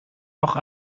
noch